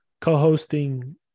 co-hosting